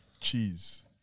cheese